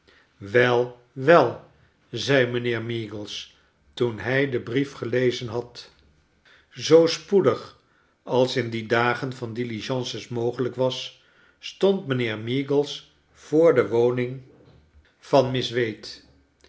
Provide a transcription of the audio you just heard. wei wev zei mijnheer meagles toen hij den brief gelezen had zoo spoedig als in die dagen van diligences mogelijk was stond mijnheer meagles voor de woning van miss wade